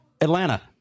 Atlanta